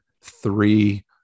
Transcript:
three